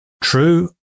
true